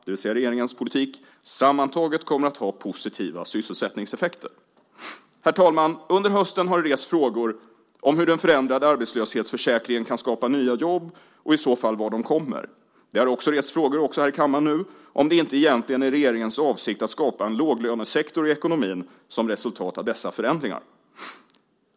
", det vill säga regeringens politik, ". sammantaget kommer att ha positiva sysselsättningseffekter." Herr talman! Under hösten har rests frågor om hur den förändrade arbetslöshetsförsäkringen kan skapa nya jobb och i så fall var de kommer. Det har också rests frågor, också här i kammaren nu, om det inte egentligen är regeringens avsikt att skapa en låglönesektor i ekonomin som ett resultat av dessa förändringar.